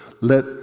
Let